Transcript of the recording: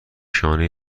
شانه